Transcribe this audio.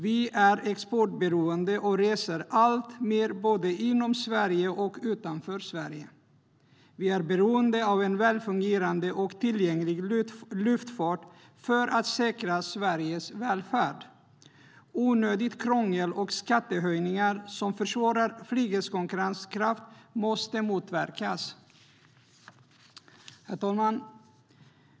Vi är exportberoende och reser alltmer både inom Sverige och utanför Sverige. Vi är beroende av en välfungerande och tillgänglig luftfart för att säkra Sveriges välfärd. Onödigt krångel och skattehöjningar som försvårar flygets konkurrenskraft måste motverkas. Herr talman!